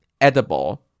edible